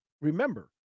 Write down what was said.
remember